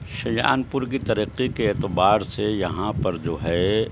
شاہجہانپور کی ترقی کے اعتبار سے یہاں پر جو ہے